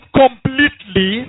completely